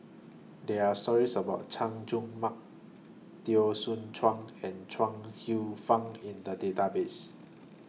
There Are stories about Chay Jung Mark Teo Soon Chuan and Chuang Hsueh Fang in The Database